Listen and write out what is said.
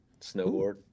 snowboard